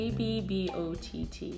Abbott